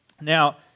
Now